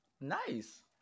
Nice